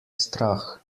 strah